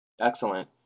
Excellent